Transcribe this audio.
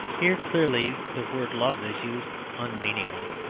here clearly the word love is used unmeaningly.